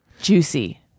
Juicy